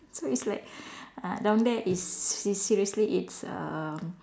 so it's like uh down there is sis~ seriously it's uh